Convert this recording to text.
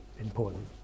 important